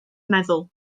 meddwl